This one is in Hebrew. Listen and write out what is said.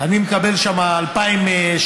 אני מקבל שם 2,300,